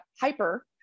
hyper